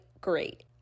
great